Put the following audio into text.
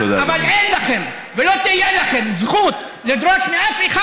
אבל אין לכם ולא תהיה לכם זכות לדרוש מאף אחד